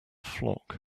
flock